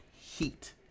heat